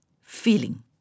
feeling